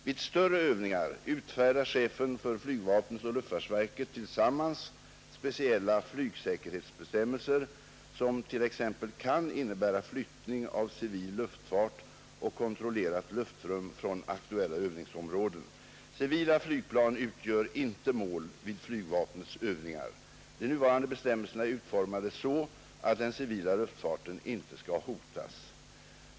Vid större övningar utfärdar chefen för flygvapnet och luftfartsverket tillsammans speciella flygsäkerhetsbestämmelser, som t.ex. kan innebära flyttning av civil luftfart och kontrollerat luftrum från aktuella övningsområden. Civila flygplan utgör inte mål vid flygvapnets övningar. De nuvarande bestämmelserna är utformade så att den civila luftfarten inte skall hotas.